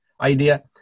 idea